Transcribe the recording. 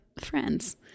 Friends